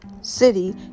city